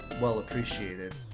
well-appreciated